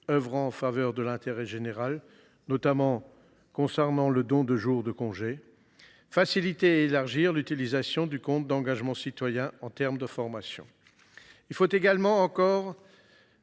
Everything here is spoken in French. œuvrant en faveur de l’intérêt général, notamment concernant le don de jours de congé, faciliter et élargir l’utilisation du compte d’engagement citoyen en termes de formation. Il faut également